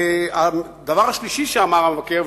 הדבר השלישי שאמר המבקר,